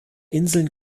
inseln